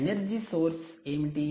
energy source ఏమిటి